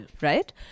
Right